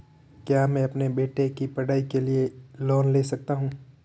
क्या मैं अपने बेटे की पढ़ाई के लिए लोंन ले सकता हूं?